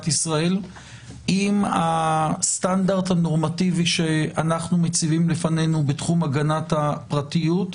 ישראל עם הסטנדרט הנורמטיבי שאנחנו מציבים בפנינו בתחום הגנת הפרטיות.